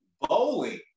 bowling